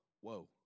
Whoa